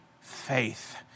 faith